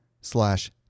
slash